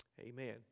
Amen